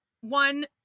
One